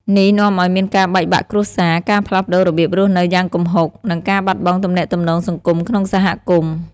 នេះនាំឱ្យមានការបែកបាក់គ្រួសារ ការផ្លាស់ប្តូររបៀបរស់នៅយ៉ាងគំហុក និងការបាត់បង់ទំនាក់ទំនងសង្គមក្នុងសហគមន៍។